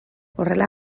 horrela